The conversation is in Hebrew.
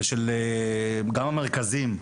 גם המרכזים,